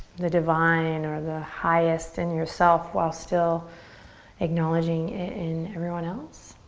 the divine or the highest in yourself while still acknowledging it in everyone else.